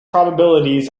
probabilities